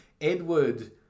Edward